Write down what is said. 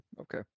okay